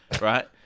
right